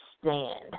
stand